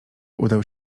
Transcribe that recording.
udał